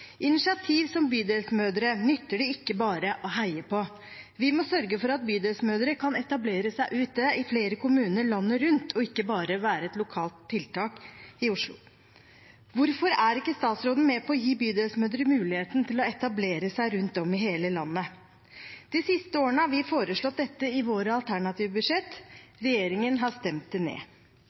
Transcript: Initiativ som Bydelsmødre nytter det ikke bare å heie på, vi må sørge for at Bydelsmødre kan etablere seg ute i flere kommuner landet rundt, og ikke bare være et lokalt tiltak i Oslo. Hvorfor er ikke statsråden med på å gi Bydelsmødre muligheten til å etablere seg rundt om i hele landet? De siste årene har vi foreslått dette i våre alternative budsjett. Regjeringen har stemt det ned.